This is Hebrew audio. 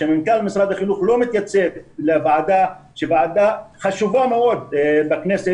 שמנכ"ל משרד החינוך לא מתייצב לוועדה שהיא ועדה חשובה מאוד בכנסת,